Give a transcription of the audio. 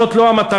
זאת לא המטרה,